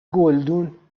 گلدون